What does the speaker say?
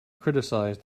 criticized